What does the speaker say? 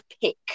pick